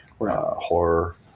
horror